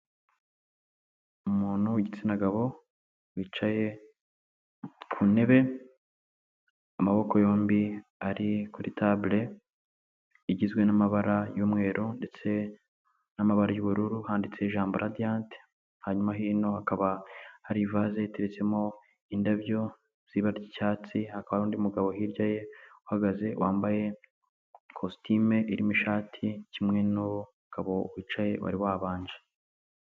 Umuntu w'igitsina gabo wicaye ku ntebe, amaboko yombi ari kuri tabure igizwe n'amabara y'umweru ndetse n'amabara y'ubururu, handitseho ijambo Radiyanti, hanyuma hino hakaba hari ivaze iteretsemo indabyo z'ibara ry'icyatsi, hakaba hari undi mugabo hirya ye uhagaze, wambaye kositimu irimo ishati kimwe n'umugabo wicaye wari wabanje.